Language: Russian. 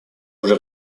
уже